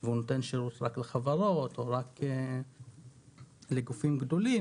והיא נותנת שירות רק לחברות או רק לגופים גדולים,